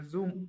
Zoom